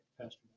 pastor